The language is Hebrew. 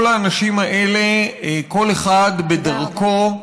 כל האנשים האלה, כל אחד בדרכו,